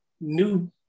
new